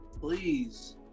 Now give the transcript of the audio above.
Please